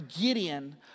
Gideon